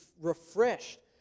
refreshed